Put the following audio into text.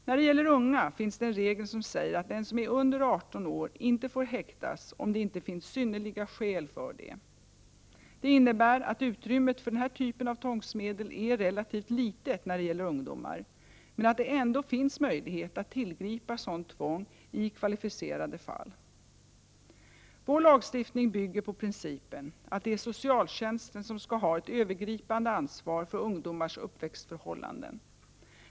När det gäller unga finns det en regel som säger att den som är under 18 år inte får häktas, om det inte finns synnerliga skäl för det. Det innebär att utrymmet för denna typ av tvångsmedel är relativt litet när det gäller ungdomar, men att det ändå finns möjligheter att tillgripa sådant tvång i kvalificerade fall. Vår lagstiftning bygger på principen att det är socialtjänsten som skall ha ett övergripande ansvar för ungdomars uppväxtförhållanden.